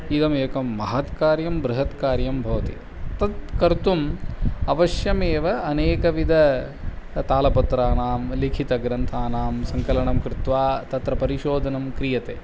इदमेकं महत्कार्यं बृहत्कार्यं भवति तत् कर्तुम् अवश्यमेव अनेकविधतालपत्राणां लिखितग्रन्थानां सङ्कलनं कृत्वा तत्र परिशोधनं क्रियते